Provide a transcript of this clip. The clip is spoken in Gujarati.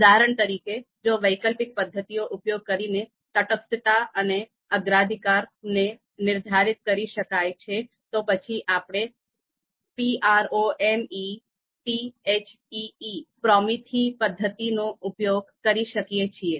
ઉદાહરણ તરીકે જો વૈકલ્પિક પદ્ધતિઓ ઉપયોગ કરીને તટસ્થતા અને અગ્રાધિકારને નિર્ધારિત કરી શકાય છે તો પછી આપણે PROMETHEE પદ્ધતિનો ઉપયોગ કરી શકીએ છીએ